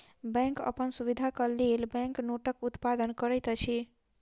bank अपन सुविधाक लेल बैंक नोटक उत्पादन करैत अछि